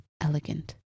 elegant